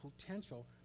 potential